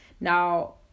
Now